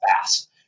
fast